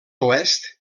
oest